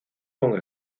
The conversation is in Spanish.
con